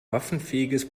waffenfähiges